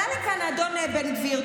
עלה לכאן אדון בן גביר,